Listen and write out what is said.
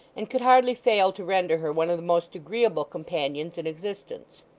and could hardly fail to render her one of the most agreeable companions in existence.